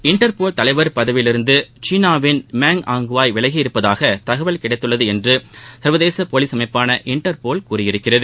Interpol தலைவர் பதவியிலிருந்து சீனாவின் மேங் ஆங்குவாய் விலகியுள்ளதாக தகவல் கிடைத்துள்ளது என்று சா்வதேச போலீஸ் அமைப்பான இன்டர்போல் கூறியிருக்கிறது